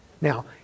Now